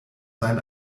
sein